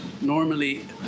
Normally